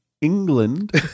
England